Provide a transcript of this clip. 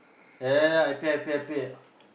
ya ya ya I pay I pay I pay